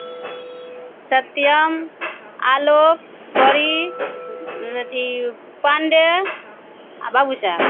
सत्यम आलोक परी अथी पाण्डेय आ बाबूसाहेब